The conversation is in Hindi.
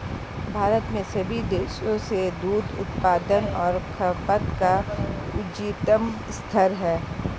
भारत में सभी देशों के दूध उत्पादन और खपत का उच्चतम स्तर है